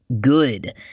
good